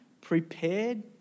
prepared